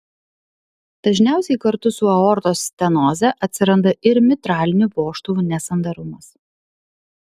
dažniausiai kartu su aortos stenoze atsiranda ir mitralinių vožtuvų nesandarumas